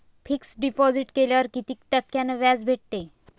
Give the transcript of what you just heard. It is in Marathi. फिक्स डिपॉझिट केल्यावर कितीक टक्क्यान व्याज भेटते?